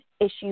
issues